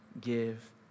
give